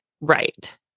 Right